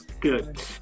Good